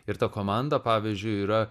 ir ta komanda pavyzdžiui yra